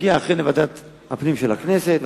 הגיע אכן לוועדת הפנים של הכנסת.